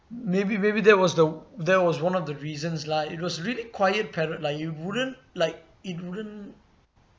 maybe maybe that was the that was one of the reasons lah it was really quiet parrot like it wouldn't like it wouldn't